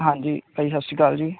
ਹਾਂਜੀ ਭਾਅ ਜੀ ਸਤਿ ਸ਼੍ਰੀ ਅਕਾਲ ਜੀ